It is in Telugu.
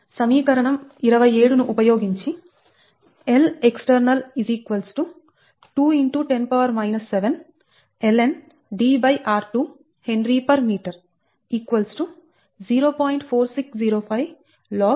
సమీకరణం 27 ను ఉపయోగించి Lext 2 x 10 7 lnDr2 Hm 0